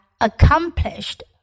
accomplished